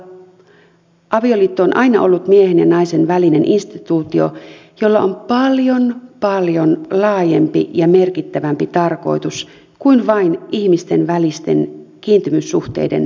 avioliitto on aina ollut miehen ja naisen välinen instituutio jolla on paljon paljon laajempi ja merkittävämpi tarkoitus kuin vain ihmisten välisten kiintymyssuhteiden virallistaminen